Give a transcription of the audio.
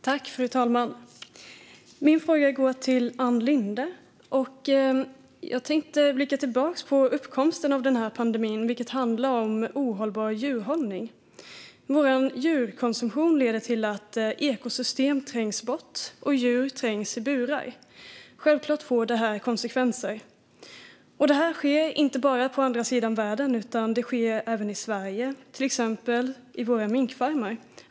Fru talman! Min fråga går till Ann Linde. Jag tänkte blicka tillbaka på uppkomsten av pandemin, vilket handlar om ohållbar djurhållning. Vår djurkonsumtion leder till att ekosystem trängs bort och djur trängs i burar. Självklart får detta konsekvenser. Det här sker inte bara på andra sidan världen utan även i Sverige, till exempel på våra minkfarmer.